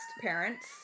parents